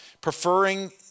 Preferring